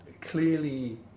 Clearly